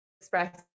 express